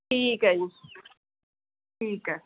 ਠੀਕ ਹੈ ਜੀ ਠੀਕ ਹੈ